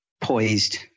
poised